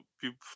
people